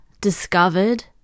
discovered